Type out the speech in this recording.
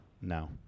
No